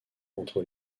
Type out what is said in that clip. entre